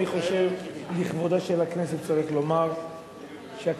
אני חושב שלכבודה של הכנסת צריך לומר שהכנסת,